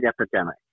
epidemic